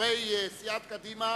חברי סיעת קדימה